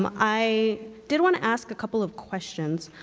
um i did want to ask a couple of questions.